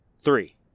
three